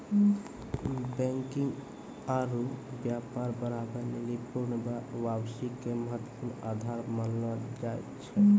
banking आरु व्यापार बढ़ाबै लेली पूर्ण वापसी के महत्वपूर्ण आधार मानलो जाय छै